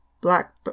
black